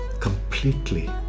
completely